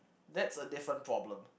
that's a different problem